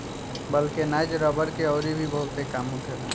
vulcanise रबड़ के अउरी भी बहुते काम होखेला